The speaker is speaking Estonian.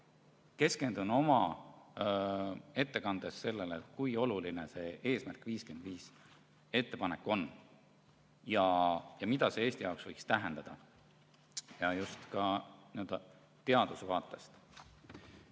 Keskendun oma ettekandes sellele, kui oluline see "Eesmärk 55" ettepanek on ja mida see Eesti jaoks võiks tähendada, just teaduse vaates.